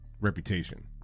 reputation